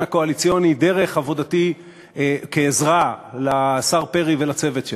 הקואליציוני דרך עבודתי כעזרה לשר פרי ולצוות שלו.